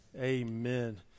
Amen